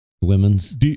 women's